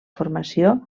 formació